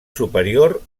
superior